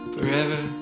Forever